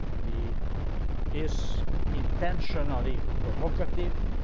he is intentionally provocative,